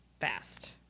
Fast